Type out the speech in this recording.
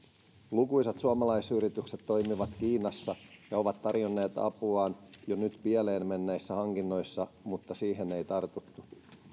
lukuisat suomalaisyritykset toimivat kiinassa ja ovat tarjonneet apuaan jo nyt pieleen menneissä hankinnoissa mutta siihen ei tartuttu